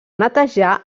netejar